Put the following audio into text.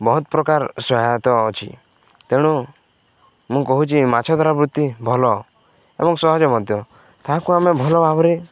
ବହୁତ ପ୍ରକାର ସହାୟତା ଅଛି ତେଣୁ ମୁଁ କହୁଛି ମାଛ ଧରା ବୃତ୍ତି ଭଲ ଏବଂ ସହଜ ମଧ୍ୟ ତାହାକୁ ଆମେ ଭଲ ଭାବରେ